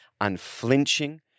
unflinching